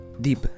deep